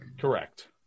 Correct